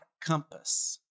compass